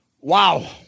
wow